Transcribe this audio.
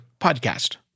podcast